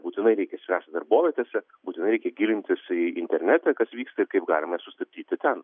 būtinai reikia spręsti darbovietėse būtinai reikia gilintis į internete kas vyksta ir kaip galima sustabdyti ten